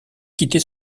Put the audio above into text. quitter